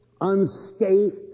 unscathed